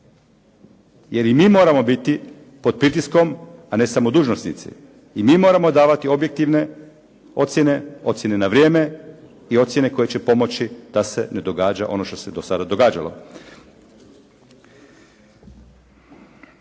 jer i mi moramo biti pod pritiskom, a ne samo dužnosnici. I mi moramo davati objektivne ocjene, ocjene na vrijeme i ocjene koje će pomoći da se ne događa ono što se do sada događalo.